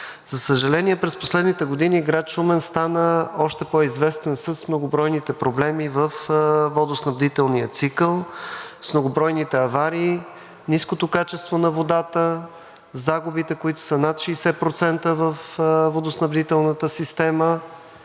За съжаление, през последните години град Шумен стана още по-известен с многобройните проблеми във водоснабдителния цикъл, с многобройните аварии, ниското качество на водата, загубите, които са над 60% във водоснабдителната система.